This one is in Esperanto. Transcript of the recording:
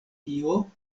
tio